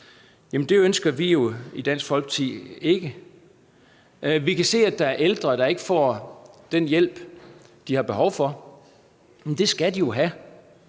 Det ønsker vi ikke i Dansk Folkeparti. Vi kan se, at der er ældre, der ikke får den hjælp, de har behov for. Det skal de have.